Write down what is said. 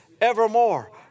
evermore